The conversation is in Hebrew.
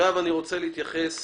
אני רוצה להתייחס